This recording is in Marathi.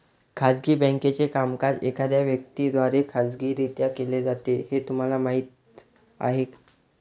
खाजगी बँकेचे कामकाज एखाद्या व्यक्ती द्वारे खाजगीरित्या केले जाते हे तुम्हाला माहीत आहे